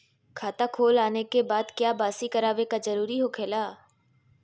खाता खोल आने के बाद क्या बासी करावे का जरूरी हो खेला?